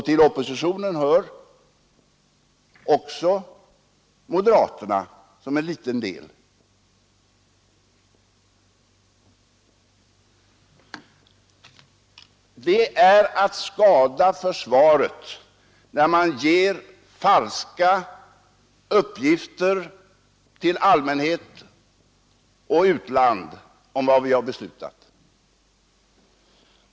Till oppositionen hör också moderaterna som en liten del. Det är att skada försvaret när man ger falska uppgifter till allmänhet och utland om vad vi har beslutat.